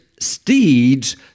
Steeds